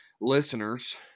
listeners